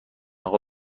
اقا